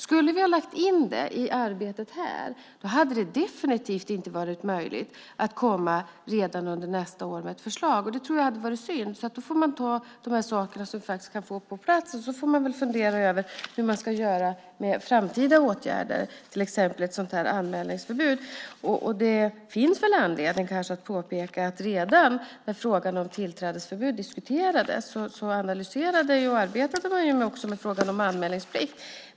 Skulle vi ha lagt in detta i det här arbetet hade det definitivt inte varit möjligt att komma med ett förslag redan under nästa år, och det tror jag hade varit synd. Därför får man ta de saker som vi faktiskt kan få på plats, och så får man väl fundera över hur man ska göra med framtida åtgärder, till exempel anmälningsplikt. Det finns kanske anledning att påpeka att redan när frågan om tillträdesförbud diskuterades så analyserade och arbetade man också med frågan om anmälningsplikt.